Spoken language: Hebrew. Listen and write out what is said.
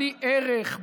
בלי ערך,